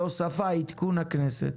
להוספה עדכון הכנסת.